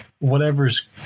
whatever's